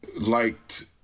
liked